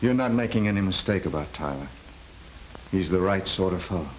you're not making any mistake about time he's the right sort of